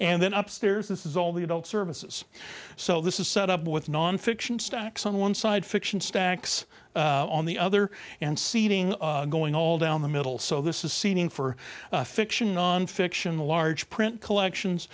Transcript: and then up stairs this is all the adult services so this is set up with nonfiction stacks on one side fiction stacks on the other and seating going all down the middle so this is seen in for fiction nonfiction large print collections